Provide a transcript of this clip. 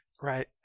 Right